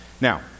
Now